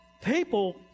people